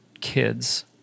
kids